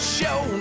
show